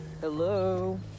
Hello